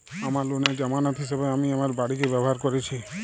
আমার লোনের জামানত হিসেবে আমি আমার বাড়িকে ব্যবহার করেছি